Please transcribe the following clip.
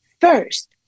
first